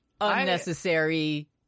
unnecessary